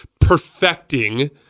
perfecting